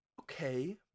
Okay